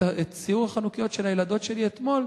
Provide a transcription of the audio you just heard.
את סיור החנוכיות של הילדות שלי אתמול,